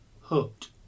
hooked